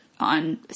On